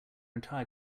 entire